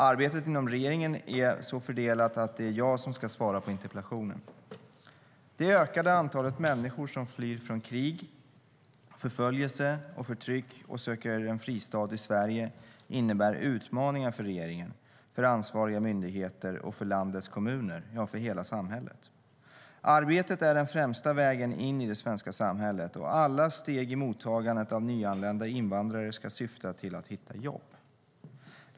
Arbetet inom regeringen är så fördelat att det är jag som ska svara på interpellationen Det ökade antalet människor som flyr från krig, förföljelse och förtryck och söker en fristad i Sverige innebär utmaningar för regeringen, för ansvariga myndigheter och för landets kommuner - ja, för hela samhället. Arbete är den främsta vägen in i det svenska samhället, och alla steg i mottagandet av nyanlända invandrare ska syfta till att hitta jobb.